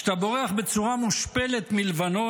כשאתה בורח בצורה מושפלת מלבנון,